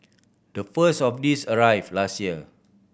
the first of these arrived last year